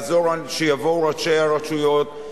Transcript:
לעזור שיבואו ראשי הרשויות,